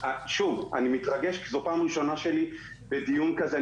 אני מתרגש כי זו פעם ראשונה שלי בדיון כזה,